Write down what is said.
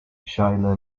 schuyler